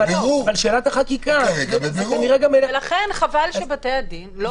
אבל שאלת החקיקה זה כנראה גם --- ולכן חבל שבתי הדין לא